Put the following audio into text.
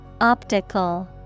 Optical